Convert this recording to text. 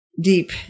deep